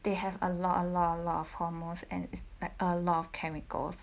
they have a lot a lot a lot of hormones and like a lot of chemicals